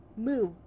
move